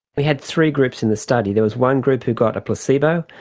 we had three groups in the study. there was one group who got a placebo,